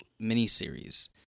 miniseries